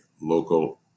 local